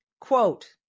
Quote